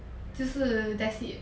就是 that's it